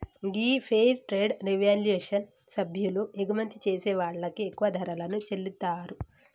గీ fair trade revolution సభ్యులు ఎగుమతి చేసే వాళ్ళకి ఎక్కువ ధరలను చెల్లితారు